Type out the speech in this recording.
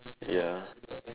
ya